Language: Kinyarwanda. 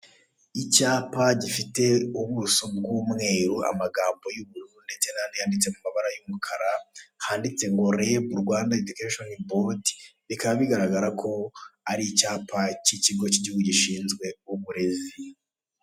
Icyapa gifite ubuso bw'umweru amagambo y'ubururu ndetse nandi yanditse mu mabara y'umukara handitse ngo REB Rwanda Education Board bikaba bigaragarako ari icyapa cy'ikigo cy'igihugu gishinzwe uburezi.